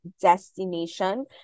destination